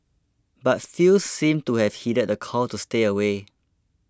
but few seemed to have heeded the call to stay away